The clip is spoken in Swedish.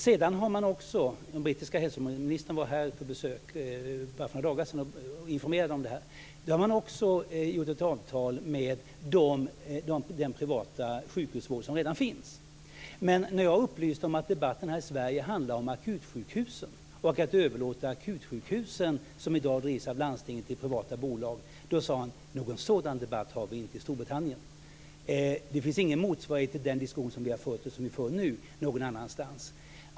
Sedan har man också - den brittiska hälsoministern var här på besök för bara några dagar sedan och informerade om detta - ingått avtal med den privata sjukhusvård som redan finns. Men när jag upplyste om att debatten här i Sverige handlar om att överlåta akutsjukhusen som i dag drivs av landstingen i privata bolag sade han: Någon sådan debatt har vi inte i Det finns inte någon motsvarighet till den diskussion vi har fört och som vi för nu någon annanstans.